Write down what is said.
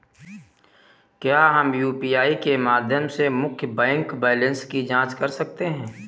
क्या हम यू.पी.आई के माध्यम से मुख्य बैंक बैलेंस की जाँच कर सकते हैं?